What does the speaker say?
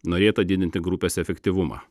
norėta didinti grupės efektyvumą